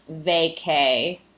vacay